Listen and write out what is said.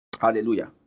Hallelujah